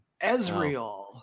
Ezreal